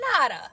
nada